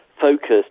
focused